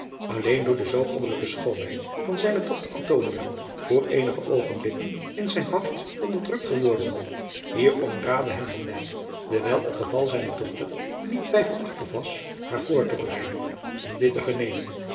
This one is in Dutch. alleen door de zoo goddelijke schoonheid van zijne dochter antonia voor eenige oogenblikken in zijn hart onderdrukt geworden hierom raadde hem van dijk dewijl het geval zijner dochter niet twijfelachtig was haar voor te bereiden om dit te vernemen